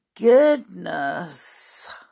goodness